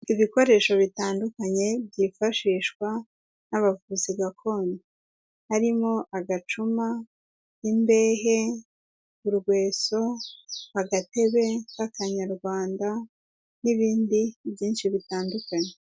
Ibikoresho bitandukanye byifashishwa n'abavuzi gakondo, harimo agacuma, imbehe, urweso, agatebe k'akanyarwanda n'ibindi byinshi bitandukanye.